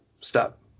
stop